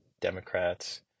Democrats